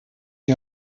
die